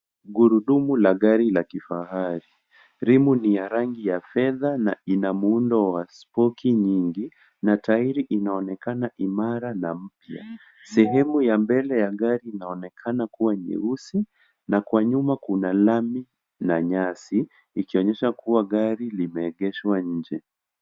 Gurudumu la gari la kifahari, rimu ni ya rangi ya fedha na ina muundo wa spoki nyingi na tairi inaonekana imara na mpya. Sehemu ya mbele ya gari inainekana kua nyeusi na kwa nyuma kuna lami na nyasi ikionyesha kua gari llimeegeshwa nje.